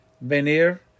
venir